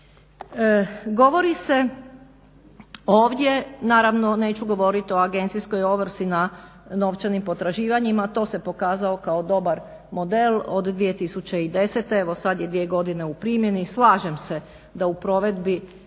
Govori se ovdje, naravno neću govoriti o agencijskoj ovrsi na novčanim potraživanjima, to se pokazao kao dobar model od 2010. Evo sad je dvije godine u primjeni, slažem se da u provedbi